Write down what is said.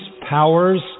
powers